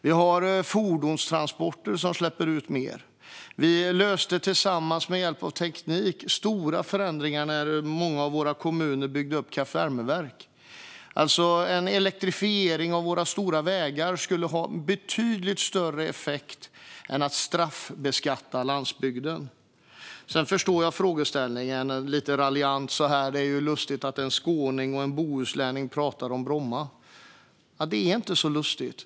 Vi har fordonstransporter som släpper ut mer. Med hjälp av teknik gjorde vi stora förändringar när många av kommunerna byggde upp kraftvärmeverk. En elektrifiering av våra stora vägar skulle ha betydligt större effekt än att straffbeskatta landsbygden. Jag förstår frågeställningen när man lite raljant gör sig lustig över att en skåning och en bohuslänning talar om Bromma. Men det här är inte så konstigt.